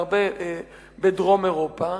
והרבה בדרום אירופה.